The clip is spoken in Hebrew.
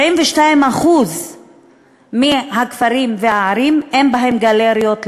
72% מהכפרים והערים, אין בהם גלריות לאמנות.